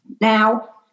Now